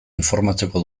informatzeko